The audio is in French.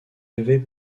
avait